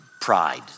pride